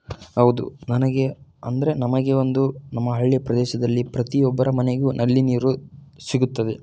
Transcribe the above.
ಹೌದು ನನಗೆ ಅಂದರೆ ನಮಗೆ ಒಂದು ನಮ್ಮ ಹಳ್ಳಿ ಪ್ರದೇಶದಲ್ಲಿ ಪ್ರತಿ ಒಬ್ಬರ ಮನೆಗೂ ನಲ್ಲಿ ನೀರು ಸಿಗುತ್ತದೆ